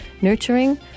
nurturing